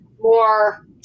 more